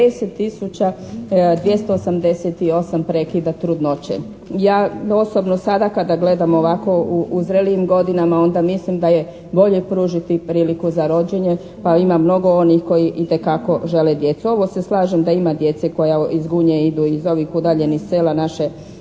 288 prekida trudnoće. Ja osobno sada kada gledam ovako u zrelijim godinama onda mislim da je bolje pružiti priliku za rođenje pa ima mnogo onih koji itekako žele djecu. Ovo se slažem da ima djece koja iz gunje idu iz ovih udaljenih sela naše